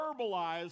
verbalize